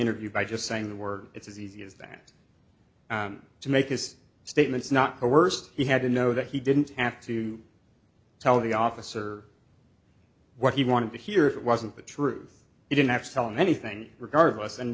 interview by just saying the word it's as easy as that to make his statements not coerced he had to know that he didn't have to tell the officer what he wanted to hear it wasn't the truth he didn't have to tell him anything regardless and